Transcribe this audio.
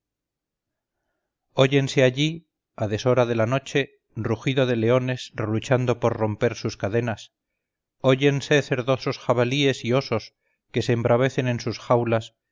óyense allí a deshora de la noche rugido de leones reluchando por romper sus cadenas óyense cerdosos jabalíes y osos que se embravecen en sus jaulas